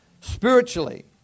Spiritually